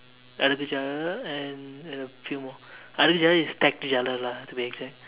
adukku jaalar and and a few more adukku jaalar is stacked jaalar lah to be exact